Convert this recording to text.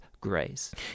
grace